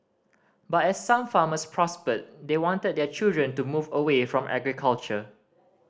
but as some farmers prospered they wanted their children to move away from agriculture